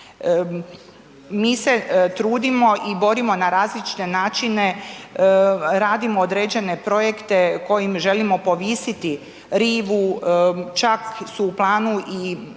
Mi se trudimo i borimo na različite načine, radimo određene projekte kojim želimo povisiti rivu, čak su u planu i sadnja